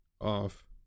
off